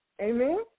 Amen